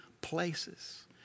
places